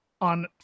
on